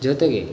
ಜೊತೆಗೆ